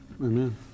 Amen